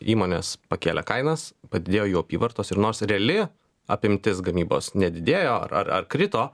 įmonės pakėlė kainas padidėjo jų apyvartos ir nors reali apimtis gamybos nedidėjo ar ar krito